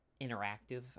interactive